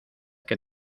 que